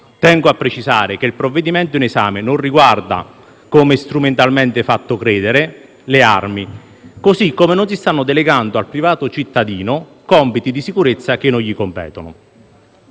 tengo a precisare che il provvedimento in esame non riguarda - come strumentalmente fatto credere - le armi, così come non si stanno delegando al privato cittadino compiti di sicurezza che non gli competono.